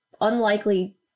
unlikely